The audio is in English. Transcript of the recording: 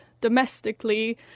domestically